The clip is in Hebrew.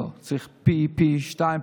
צריך פי שניים,